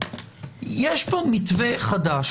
יש פה מתווה חדש.